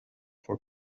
for